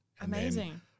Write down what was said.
Amazing